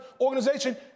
organization